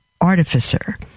artificer